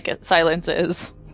silences